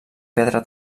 pedra